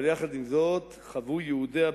אבל יחד עם זאת חוו יהודיה,